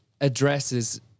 addresses